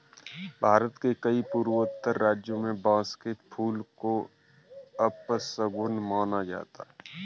भारत के कई पूर्वोत्तर राज्यों में बांस के फूल को अपशगुन माना जाता है